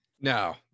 No